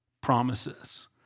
promises